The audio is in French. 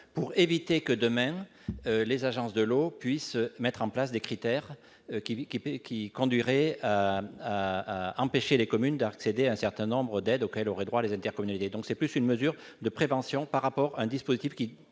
pour éviter que, demain, les agences de l'eau puissent mettre en place des critères qui conduiraient à empêcher les communes d'accéder à un certain nombre d'aides auxquelles auraient droit les intercommunalités. La mise en oeuvre du dispositif tel